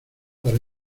para